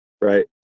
Right